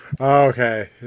Okay